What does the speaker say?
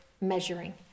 measuring